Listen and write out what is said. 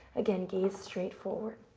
again, gaze straight forward.